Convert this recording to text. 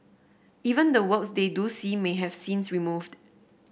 even the works they do see may have scenes removed